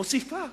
מוסיפה.